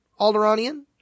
Alderanian